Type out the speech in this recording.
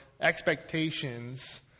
expectations